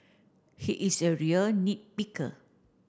he is a real nit picker